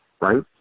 right